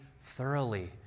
thoroughly